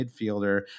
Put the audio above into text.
midfielder